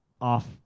off